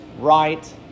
right